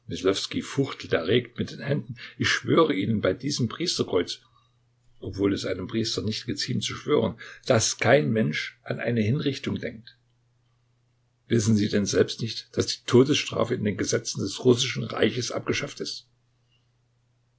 erregt mit den händen ich schwöre ihnen bei diesem priesterkreuz obwohl es einem priester nicht geziemt zu schwören daß kein mensch an eine hinrichtung denkt wissen sie denn selbst nicht daß die todesstrafe in den gesetzen des russischen reiches abgeschafft ist